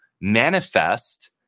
manifest